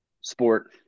sport